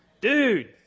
Dude